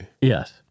Yes